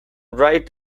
wright